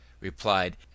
replied